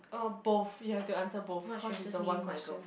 uh both you have to answer both cause it's a one question